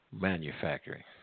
manufacturing